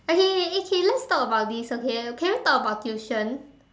okay okay eh K let's talk about this okay can we talk about tuition